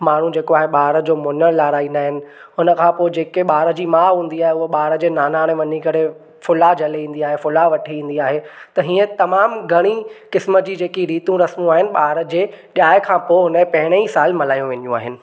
माण्हू जेको आहे ॿार जो मुन्नणु लारहाईंदा आहिनि उन खां पोइ जेके ॿार जी माउ हूंदी आहे उहा ॿार जे नानाणे वञी करे फुला झले ईंदी आहे फुला वठी ईंदी आहे त हीअं तमामु घणी क़िस्म जी जेकी रीतियूं रस्मूं आहिनि ॿार जे ॼाए खां पोइ हुन जे पहिरियों साल मल्हाए वेंदियूं आहिनि